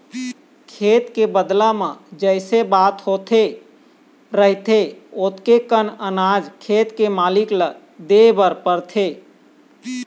खेत के बदला म जइसे बात होवे रहिथे ओतके कन अनाज खेत के मालिक ल देबर परथे